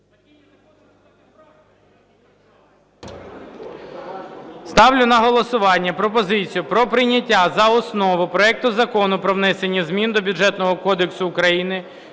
Ставлю на голосування пропозицію про прийняття за основу проект Закону про внесення змін до Бюджетного кодексу України